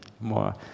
more